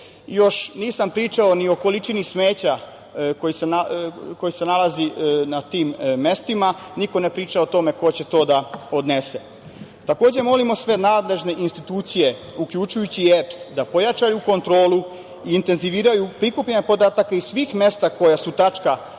Nisam pričao ni o količini smeća koja se nalazi na tim mestima. Niko ne priča o tome ko će to da odnese. Takođe, molimo sve nadležne institucije, uključujući i EPS, da pojačaju kontrolu i intenziviraju prikupljanje podataka iz svih mesta koja su tačka